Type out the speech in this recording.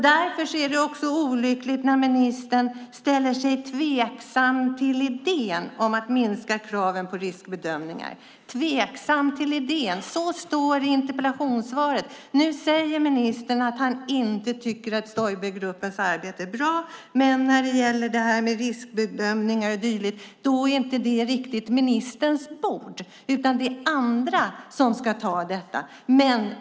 Därför är det olyckligt när ministern ställer sig tveksam till idén att minska kraven på riskbedömning. Så står det i interpellationssvaret. Nu säger ministern att han inte tycker att Stoibergruppens arbete är bra. Men när det gäller riskbedömningar och dylikt är det inte riktigt ministerns bord, utan det är andra som ska ta detta.